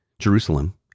Jerusalem